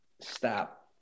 Stop